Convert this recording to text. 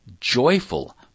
joyful